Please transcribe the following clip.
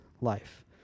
life